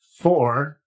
four